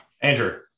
Andrew